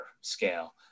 scale